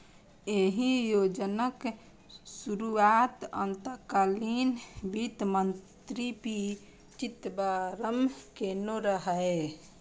एहि योजनाक शुरुआत तत्कालीन वित्त मंत्री पी चिदंबरम केने रहै